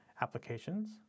Applications